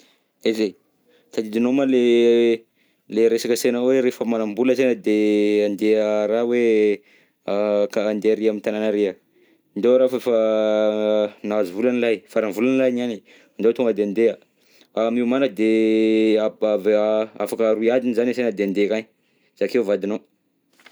Aiza e, tadidinao moa le resakasena hoe refa manambola asena de andeha raha hoe, ka handeha ary amy tanana ary a? Ndao raha f'efa nahazo vola any lahy, faran'ny volana lahy niany, ndao tonga de andeha, miomana de ave- afaka roy alina zany asena de andeha akagny, zakeo vadinao.